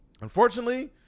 Unfortunately